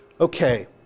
Okay